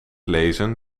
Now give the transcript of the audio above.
lezen